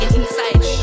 inside